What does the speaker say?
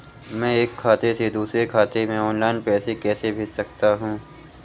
मैं एक खाते से दूसरे खाते में ऑनलाइन पैसे कैसे भेज सकता हूँ?